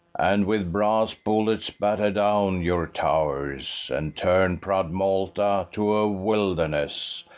and with brass bullets batter down your towers, and turn proud malta to a wilderness,